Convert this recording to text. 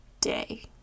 day